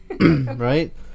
right